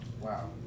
wow